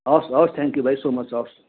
हवस् हवस् thank you भाइ सो माच हवस्